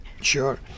Sure